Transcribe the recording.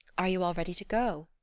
are you all ready to go?